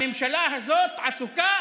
הממשלה הזאת עסוקה